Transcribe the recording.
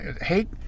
Hate